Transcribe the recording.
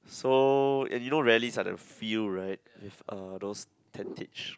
so and you know rallies are the field right with uh those tentage